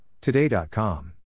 Today.com